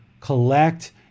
collect